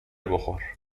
بخور